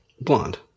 Blonde